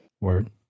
Word